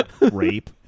Rape